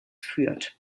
führt